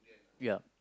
ya